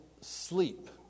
sleep